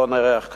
שלא נערך כראוי.